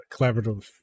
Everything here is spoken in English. collaborative